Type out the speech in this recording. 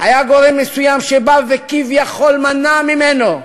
היה גורם מסוים שבא וכביכול מנע ממנו.